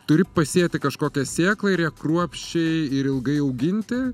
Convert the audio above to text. turi pasėti kažkokią sėklą ir ją kruopščiai ir ilgai auginti